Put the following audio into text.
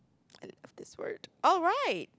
end of this word alright